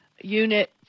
unit